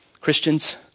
Christians